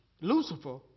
Lucifer